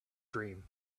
dream